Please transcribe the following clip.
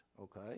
okay